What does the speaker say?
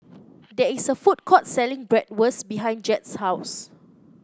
there is a food court selling Bratwurst behind Jett's house